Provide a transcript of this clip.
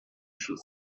should